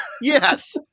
Yes